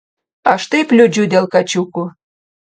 aš taip liūdžiu dėl kačiukų